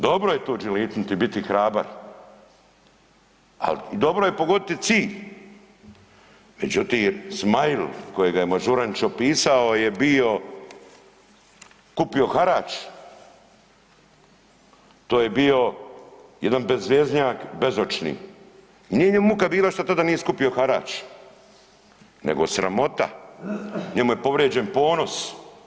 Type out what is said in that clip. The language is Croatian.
Dobro je to đelitnuti, biti hrabar i dobro je pogoditi cilj međutim Smail kojega je Mažuranić opisao je bio, kupio harač, to je bio jedan bezveznjak bezočni, nije njemu muka bila što tada nije skupio harač, nego sramota, njemu je povrijeđen ponos.